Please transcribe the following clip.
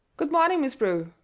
good-morning, miss prue,